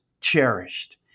cherished